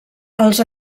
els